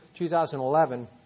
2011